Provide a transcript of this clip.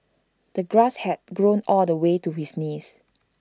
the grass had grown all the way to his knees